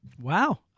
Wow